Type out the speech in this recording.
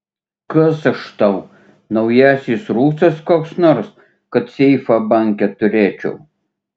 kas aš tau naujasis rusas koks nors kad seifą banke turėčiau